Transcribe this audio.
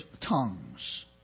tongues